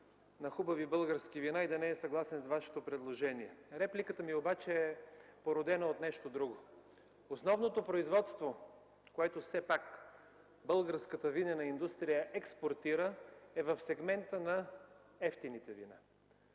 на хубави български вина, да не е съгласен с Вашето предложение. Репликата ми обаче е породена от нещо друго – основното производство, което все пак българската винена индустрия експортира, е в сегмента на евтините вина.